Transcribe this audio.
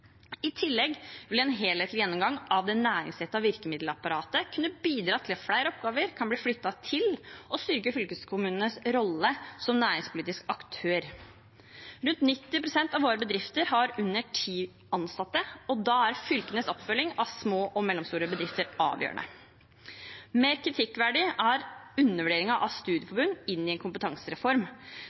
I tillegg vil en helhetlig gjennomgang av det næringsrettede virkemiddelapparatet kunne bidra til at flere oppgaver kan bli flyttet til fylkeskommunene og styrke deres rolle som næringspolitisk aktør. Rundt 90 pst. av våre bedrifter har under ti ansatte, og da er fylkenes oppfølging av små og mellomstore bedrifter avgjørende. Mer kritikkverdig er undervurderingen av studieforbund i en kompetansereform,